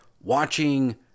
watching